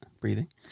breathing